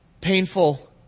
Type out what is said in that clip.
painful